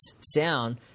sound